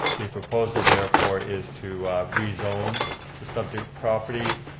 the proposal therefore is to rezone the subject property.